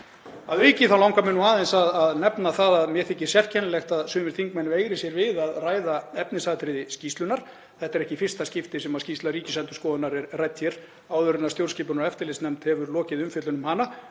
Að auki langar mig aðeins að nefna það að mér þykir sérkennilegt að sumir þingmenn veigri sér við að ræða efnisatriði skýrslunnar. Þetta er ekki í fyrsta skipti sem skýrsla Ríkisendurskoðunar er rædd hér áður en stjórnskipunar- og eftirlitsnefnd hefur lokið umfjöllun um hana